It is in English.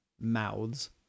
mouths